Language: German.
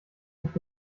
nicht